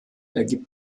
ergibt